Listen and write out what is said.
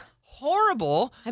horrible